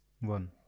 one